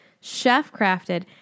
chef-crafted